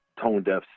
tone-deaf